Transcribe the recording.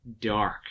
dark